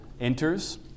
enters